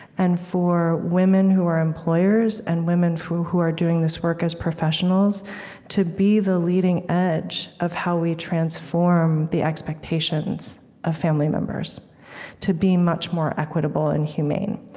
and for women who are employers and women who who are doing this work as professionals to be the leading edge of how we transform the expectations of family members to be much more equitable and humane.